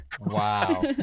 wow